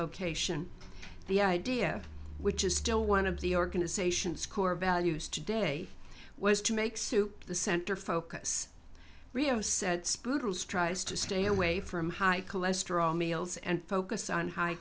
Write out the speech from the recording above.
location the idea which is still one of the organization's core values today was to make soup the center focus rios said spittles tries to stay away from high cholesterol meals and focus on high